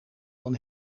van